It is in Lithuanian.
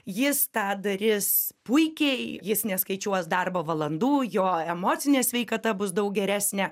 jis tą darys puikiai jis neskaičiuos darbo valandų jo emocinė sveikata bus daug geresnė